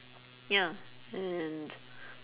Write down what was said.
ya and